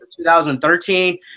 2013